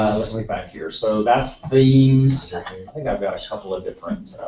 let's look back here, so that's the themes think i've got a couple of different